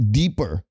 deeper